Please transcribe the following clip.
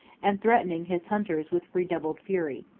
and threatening his hunters with redoubled fury.